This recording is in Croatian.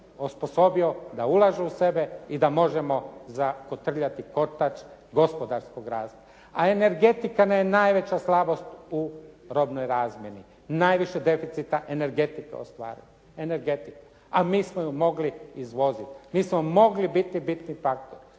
osposobio da ulažu u sebe i da možemo zakotrljati kotač gospodarskog …/Govornik se ne razumije./…, a energetika nam je najveća slabost u robnoj razmjeni. Najviše deficita energetike ostvarujemo, a mi smo ju mogli izvoziti. Mi smo mogli biti bitni taktovi.